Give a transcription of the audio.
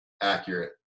accurate